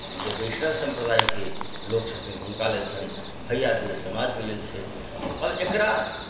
जे वैष्णव सम्प्रदायके लोक छथिन हुनका लेल छनि भैया दूज समाजके लेल छै आओर एकरा